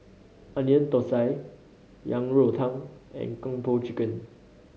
Onion Thosai Yang Rou Tang and Kung Po Chicken